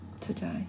today